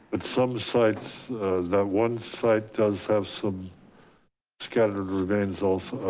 at some sites that one site does have some scattered remains also?